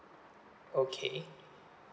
okay